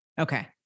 Okay